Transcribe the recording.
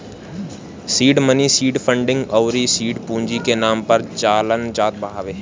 seed money seed funding अउरी सीड पूंजी के नाम से जानल जात हवे